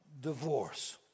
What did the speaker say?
divorce